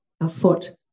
afoot